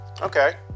Okay